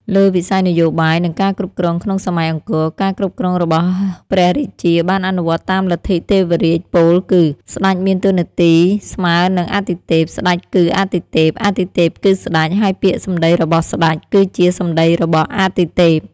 លើវិស័យនយោបាយ និងការគ្រប់គ្រងក្នុងសម័យអង្គរ ការគ្រប់គ្រងរបស់ព្រះរាជាបានអនុវត្តតាមលទ្ធិទេវរាជ ពោលគឺ ស្តេចមានតួនាទីស្មើនឹងអាទិទេព ស្តេចគឺអាទិទេព អាទិទេពគឺស្ដេច ហើយពាក្យសម្តីរបស់ស្ដេច គឺជាសម្តីរបស់អាទិទេព។